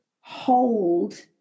hold